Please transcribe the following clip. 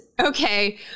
Okay